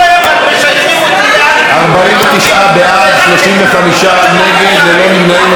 49 בעד, 35 נגד, ללא נמנעים.